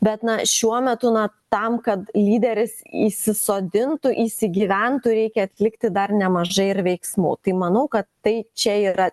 bet na šiuo metu na tam kad lyderis įsisodintų įsigyventų reikia atlikti dar nemažai ir veiksmų tai manau kad tai čia yra